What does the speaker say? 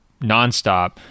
nonstop